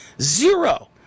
Zero